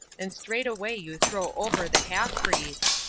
and straightway you throw over the half-breeds.